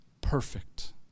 perfect